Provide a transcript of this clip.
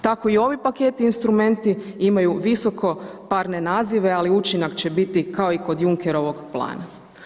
Tako i ovi paketi instrumenti imaju visoko parne nazive, ali učinak će biti kao i kod Junckerovog plana.